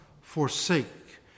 forsake